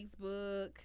Facebook